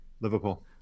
liverpool